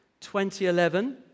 2011